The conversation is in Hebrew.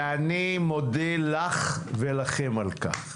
ואני מודה לך ולכם על כך.